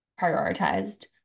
prioritized